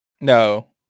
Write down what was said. no